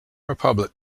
republic